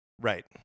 right